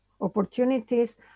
opportunities